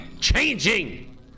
changing